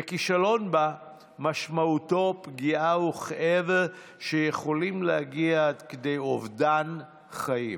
וכישלון בה משמעותו פגיעה וכאב שיכולים להגיע עד כדי אובדן חיים.